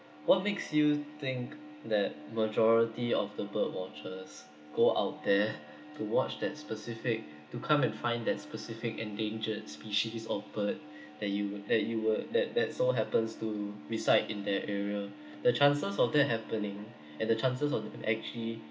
what makes you think that majority of the bird watchers go out there to watch that specific to come and find that specific endangered species of bird that you that you were that that so happens to reside in that area the chances of that happening and the chances of actually